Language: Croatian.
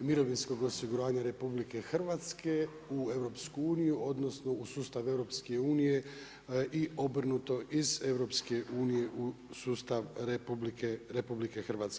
mirovinskog osiguranja RH u EU odnosno u sustav EU i obrnuto iz EU u sustav RH.